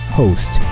host